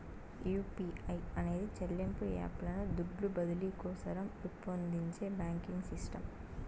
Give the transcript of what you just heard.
UPI అనేది చెల్లింపు app లను దుడ్లు బదిలీ కోసరం రూపొందించే బాంకింగ్ సిస్టమ్